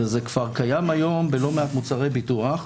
וזה כבר קיים היום בלא מעט מוצרי ביטוח,